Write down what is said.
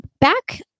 back